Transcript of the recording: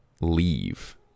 leave